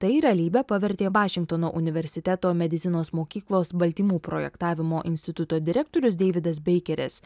tai realybe pavertė vašingtono universiteto medicinos mokyklos baltymų projektavimo instituto direktorius deividas beikeris